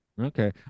Okay